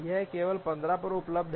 यह केवल 15 पर उपलब्ध है